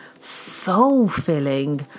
soul-filling